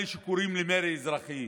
שקוראים למרי אזרחי,